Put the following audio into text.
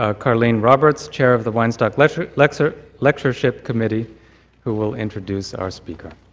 ah karlene roberts, chair of the weinstock lectureship like so lectureship committee who will introduce our speaker.